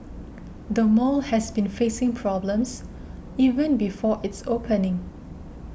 the mall has been facing problems even before its opening